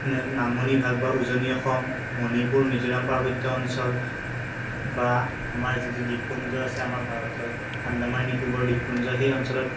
নে নামনি ভাগ বা উজনি অসম মণিপুৰ মিজোৰাম পাৰ্বত্য অঞ্চল বা আমাৰ যিটো দীপপুঞ্জ আছে আমাৰ ভাৰতৰ আন্দামান নিকোবৰ দীপপুঞ্জ সেই অঞ্চলত